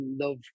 love